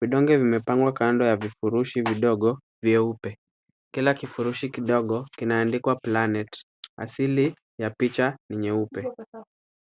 Vidonge vimepangwa kando ya vifurushi vidogo vyeupe. Kila kifurushi kidogo kinaandikwa planet . Asili ya picha ni nyeupe.